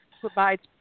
provides